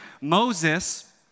Moses